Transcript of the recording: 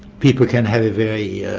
people can have a very yeah